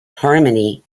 harmony